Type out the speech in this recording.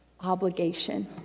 obligation